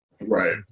Right